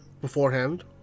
beforehand